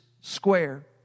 square